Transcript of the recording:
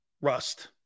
Rust